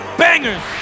bangers